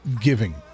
giving